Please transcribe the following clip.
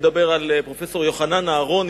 פרופסור יוחנן אהרוני,